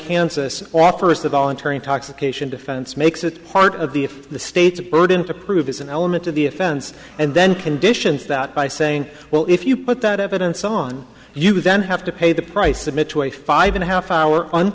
kansas offers the voluntary intoxication defense makes it part of the if the state's burden to prove is an element of the offense and then conditions that by saying well if you put that evidence on you then have to pay the price admit to a five and a half hour on